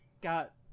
got